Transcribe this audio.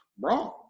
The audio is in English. wrong